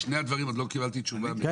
שני הדברים עדיין לא קיבלתי תשובה, שתי השאלות.